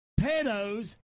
pedos